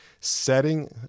setting